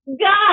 God